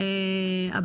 לנרצחות,